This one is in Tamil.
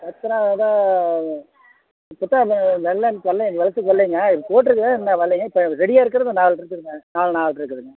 பச்சைநாடா தான் இப்போத்தான் நிலத்துக்கு வரலைங்க போட்டிருக்கு இன்னும் வரலைங்க இப்போ ரெடியாக இருக்கிறது நாலு இருக்குதுங்க நாலு நாலு இருக்குதுங்க